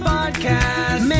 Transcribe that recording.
Podcast